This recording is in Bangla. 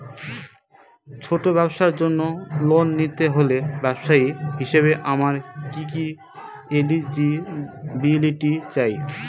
ছোট ব্যবসার জন্য লোন নিতে হলে ব্যবসায়ী হিসেবে আমার কি কি এলিজিবিলিটি চাই?